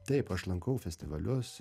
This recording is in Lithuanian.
taip aš lankau festivalius